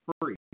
free